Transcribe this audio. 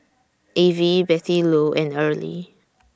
Avie Bettylou and Early